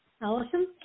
Allison